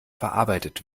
verarbeitet